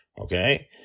okay